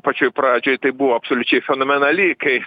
pačioj pradžioj tai buvo absoliučiai fenomenali kai